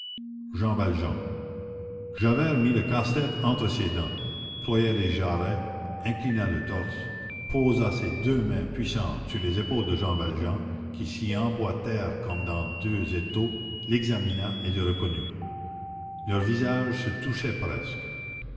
jean valjean javert mit le casse-tête entre ses dents ploya les jarrets inclina le torse posa ses deux mains puissantes sur les épaules de jean valjean qui s'y emboîtèrent comme dans deux étaux l'examina et le reconnut leurs visages se touchaient presque